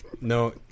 No